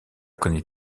connaît